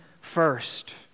first